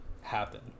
happen